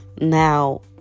Now